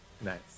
Nice